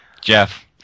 Jeff